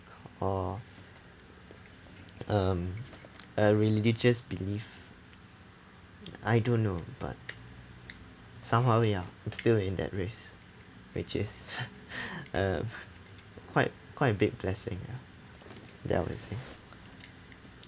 or um uh religious belief I don't know ya but somehow ya I'm still in that race which is uh quite quite a big blessing ya that I would say